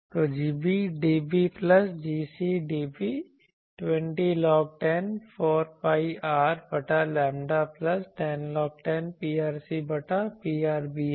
तो Gb dB plus Gc dB 20 log10 4 pi R बटा lambda plus 10log10 Prc बटा Prb है